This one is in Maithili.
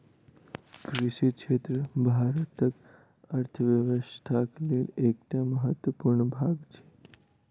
कृषि क्षेत्र भारतक अर्थव्यवस्थाक लेल एकटा महत्वपूर्ण भाग छै